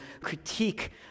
critique